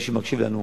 למי שמקשיב לנו,